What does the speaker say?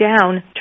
down